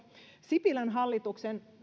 sipilän hallituksen